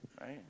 right